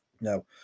no